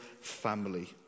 family